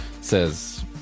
says